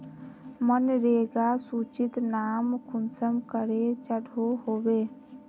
मनरेगा सूचित नाम कुंसम करे चढ़ो होबे?